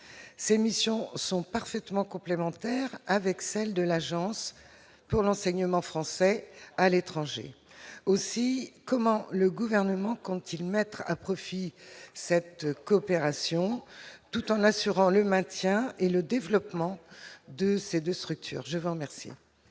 Ses missions sont parfaitement complémentaires avec celles de l'Agence pour l'enseignement français à l'étranger. Ainsi, comment le Gouvernement compte-t-il mettre à profit cette coopération, tout en assurant le maintien et le développement de ces deux structures ? La parole